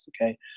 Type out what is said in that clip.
okay